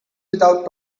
without